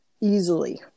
easily